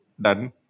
Done